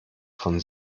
von